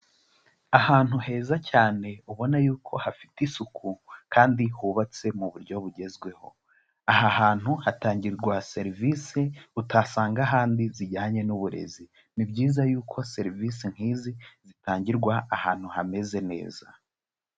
Ahantu heza cyane ubona yuko hafite isuku kandi hubatse mu buryo bugezweho, aha hantu hatangirwa serivisi utasanga ahandi zijyanye n'uburezi, ni byiza yuko serivisi nk'izi zitangirwa ahantu hameze neza.